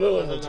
בסדר גמור.